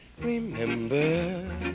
Remember